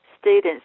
students